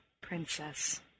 Princess